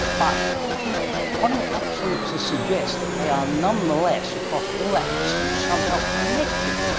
but quantum mechanics seems to suggest that they are nonetheless across all that distance somehow connected,